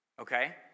Okay